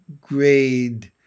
grade